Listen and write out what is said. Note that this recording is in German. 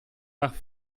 nach